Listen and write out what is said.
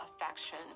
affection